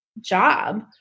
job